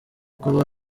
kuba